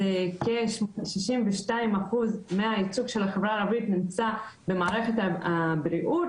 אז כ- 62% מהייצוג של החברה הערבית נמצא במערכת הבריאות,